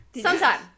sometime